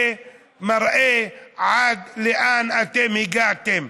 זה מראה לאן אתם הגעתם.